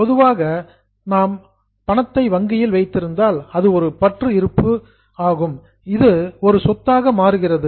பொதுவாக நாம் பணத்தை வங்கியில் வைத்திருந்தால் அது ஒரு பற்று இருப்பு ஆகும் இது ஒரு சொத்தாக மாறுகிறது